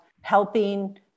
helping